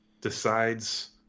decides